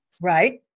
Right